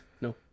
no